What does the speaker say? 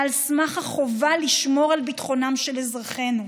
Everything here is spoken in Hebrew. על סמך החובה לשמור על ביטחונם של אזרחינו.